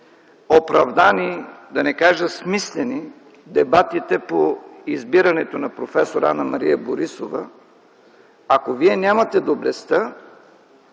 оправдани, да не кажа смислени, дебатите по избирането на проф. Анна - Мария Борисова, ако Вие нямате доблестта